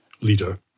leader